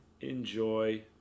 enjoy